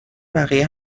بقیه